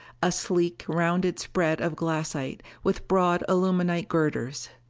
a sleek, rounded spread of glassite, with broad aluminite girders.